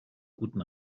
guten